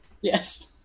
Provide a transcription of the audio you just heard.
Yes